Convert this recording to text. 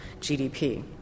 GDP